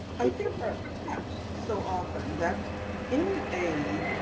i think so often that in a